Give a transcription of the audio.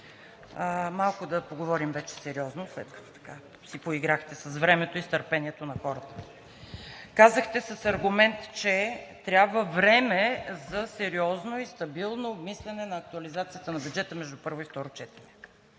малко да поговорим вече сериозно, след като си поиграхте с времето и с търпението на хората. Казахте с аргумент, че трябва време за сериозно и стабилно обмисляне на актуализацията на бюджета между първо и